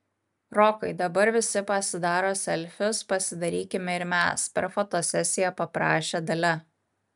rokai dabar visi pasidaro selfius pasidarykime ir mes per fotosesiją paprašė dalia